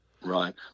Right